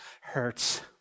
hurts